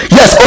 Yes